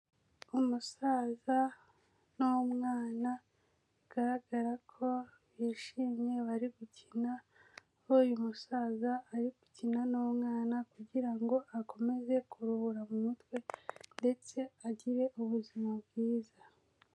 Umusaza n'umwana, bigaragara ko bishimye bari gukina kuko uyu musaza ari gukina n'umwana kugira ngo akomeze kuruhura mu mutwe ndetse agire ubuzima bwiza.